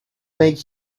make